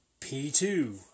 P2